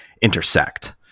intersect